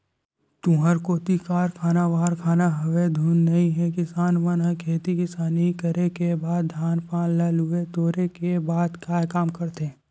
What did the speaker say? तुँहर कोती कारखाना वरखाना हवय धुन नइ हे किसान मन ह खेती किसानी करे के बाद धान पान ल लुए टोरे के बाद काय काम करथे?